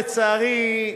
לצערי,